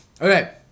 Okay